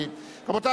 רבותי,